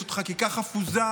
שזו חקיקה חפוזה,